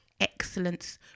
excellence